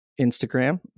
Instagram